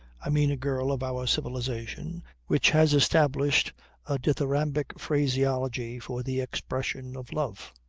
i mean a girl of our civilization which has established a dithyrambic phraseology for the expression of love.